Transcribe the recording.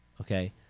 okay